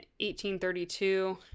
1832